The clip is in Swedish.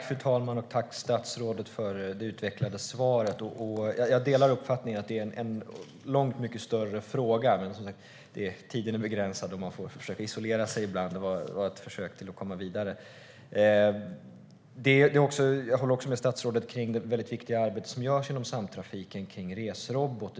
Fru talman! Jag tackar statsrådet för det utvecklade svaret. Jag delar uppfattningen att det är en långt mycket större fråga än den jag ställde i interpellationen. Tiden är begränsad och man får isolera frågorna ibland. Det här var ett försök att komma vidare. Jag håller med statsrådet om att det är ett viktigt arbete som görs inom Samtrafiken kring Resrobot.